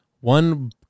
One